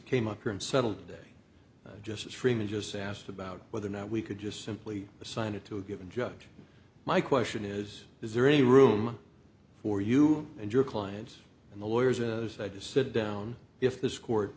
came up here and settled day just as freeman just asked about whether or not we could just simply assign it to a given judge my question is is there any room for you and your clients and the lawyers as they sit down if this court